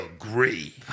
agree